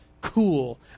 cool